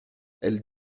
elle